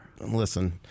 Listen